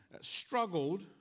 struggled